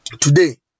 Today